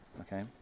okay